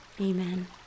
Amen